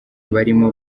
barimo